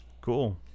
Cool